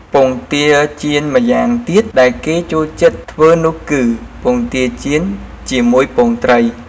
ពងទាចៀនម្យ៉ាងទៀតដែលគេចូលចិត្តធ្វើនោះគឺ ពងទាចៀនជាមួយពងត្រី។